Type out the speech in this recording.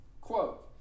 quote